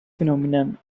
phenomenon